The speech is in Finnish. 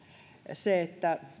se että